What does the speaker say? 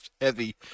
heavy